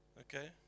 Okay